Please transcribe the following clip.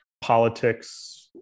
politics